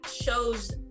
shows